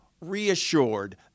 reassured